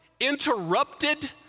interrupted